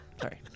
Sorry